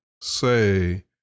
say